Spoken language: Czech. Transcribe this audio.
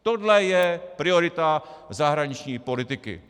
Tohle je priorita zahraniční politiky.